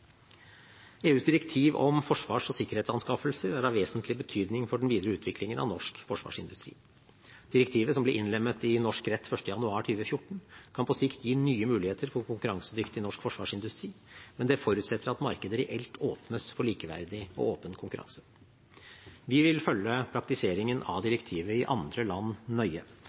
EUs direktiv om forsvars- og sikkerhetsanskaffelser er av vesentlig betydning for den videre utviklingen av norsk forsvarsindustri. Direktivet, som ble innlemmet i norsk rett 1. januar 2014, kan på sikt gi nye muligheter for konkurransedyktig norsk forsvarsindustri, men det forutsetter at markedet reelt åpnes for likeverdig og åpen konkurranse. Vi vil følge praktiseringen av